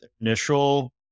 initial